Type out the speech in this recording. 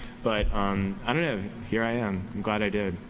but um i don't know, here i am. i'm glad i did.